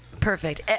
Perfect